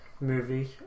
movie